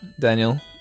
Daniel